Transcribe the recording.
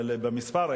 במספר,